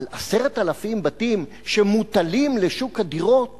אבל 10,000 בתים שמוטלים לשוק הדירות